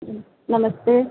जी नमस्ते